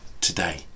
today